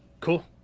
cool